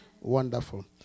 Wonderful